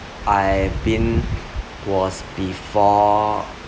I've been was before